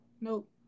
Nope